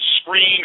scream